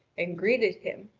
and greeted him.